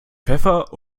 pfeffer